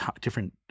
different